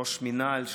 ראש מינהל,